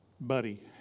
buddy